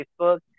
Facebook